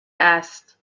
است